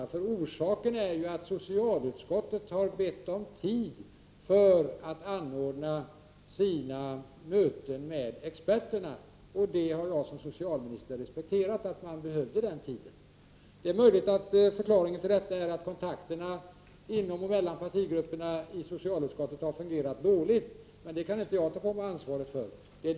Orsaken till fördröjningen är att socialutskottet har bett om tid för att anordna sina möten med experterna. Jag har som socialminister respekterat att man behövde den tiden. Det är möjligt att förklaringen är att kontakterna inom och mellan partigrupperna i socialutskottet har fungerat dåligt, men det kan inte jag ta på mig ansvaret för.